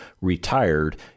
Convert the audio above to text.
retired